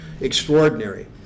extraordinary